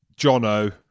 Jono